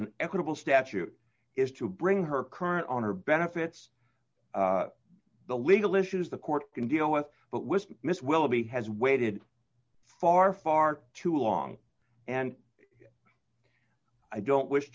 an equitable statute is to bring her current on her benefits the legal issues the court can deal with but with miss willoughby has waited far far too long and i don't wish